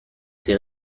été